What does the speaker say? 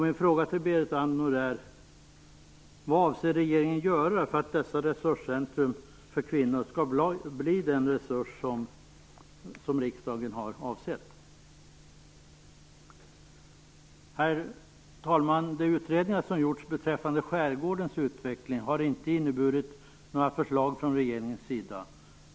Min fråga till Berit Andnor är: Vad avser regeringen göra för att dessa resurscentrum för kvinnor skall bli den resurs som riksdagen har avsett? Herr talman! De utredningar som gjorts beträffande skärgårdens utveckling har inte inneburit några förslag från regeringens sida.